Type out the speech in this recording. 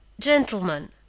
Gentlemen